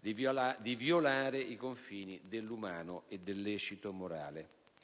di violare i confini dell'umano e del lecito morale.